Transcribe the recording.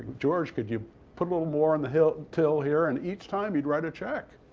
george, could you put a little more on the till till here? and each time he'd write a check,